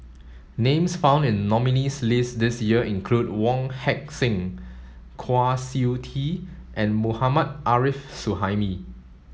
names found in nominees' list this year include Wong Heck Sing Kwa Siew Tee and Mohammad Arif Suhaimi